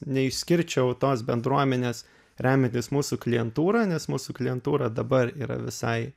neišskirčiau tos bendruomenės remiantis mūsų klientūra nes mūsų klientūra dabar yra visai